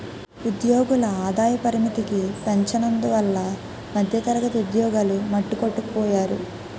ఉద్యోగుల ఆదాయ పరిమితికి పెంచనందువల్ల మధ్యతరగతి ఉద్యోగులు మట్టికొట్టుకుపోయారు